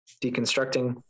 deconstructing